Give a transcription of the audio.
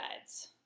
guides